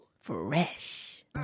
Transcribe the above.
Fresh